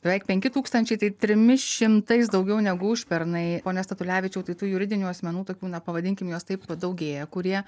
beveik penki tūkstančiai tai trimis šimtais daugiau negu užpernai pone statulevičiau tai tų juridinių asmenų tokių na pavadinkim juos taip daugėja kurie